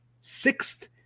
sixth